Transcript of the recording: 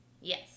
Yes